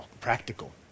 practical